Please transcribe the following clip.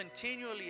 continually